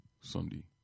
Sunday